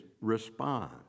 respond